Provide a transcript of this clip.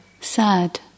Sad